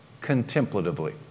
contemplatively